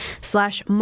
slash